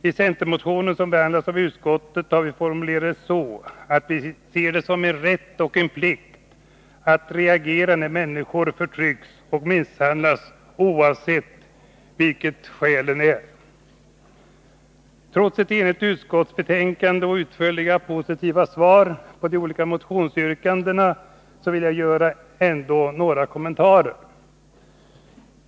I en centermotion som behandlats av utskottet har vi formulerat det så att vi ser det som en rätt och en plikt att reagera när människor förtrycks och misshandlas oavsett vilket skälet är. Trots ett enigt utskottsbetänkande och utförliga positiva svar på de olika motionsyrkandena vill jag ändå göra några kommentarer.